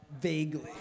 Vaguely